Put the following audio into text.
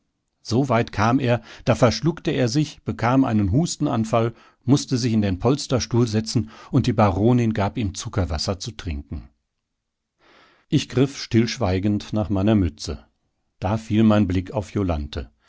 so weit kam er da verschluckte er sich bekam einen hustenanfall mußte sich in den polsterstuhl setzen und die baronin gab ihm zuckerwasser zu trinken ich griff stillschweigend nach meiner mütze da fiel mein blick auf